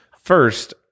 First